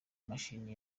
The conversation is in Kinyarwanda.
mashini